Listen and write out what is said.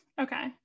Okay